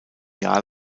jahr